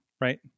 right